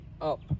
up